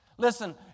Listen